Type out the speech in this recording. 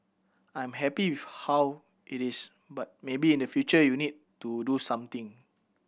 I'm happy with how it is but maybe in the future you need to do something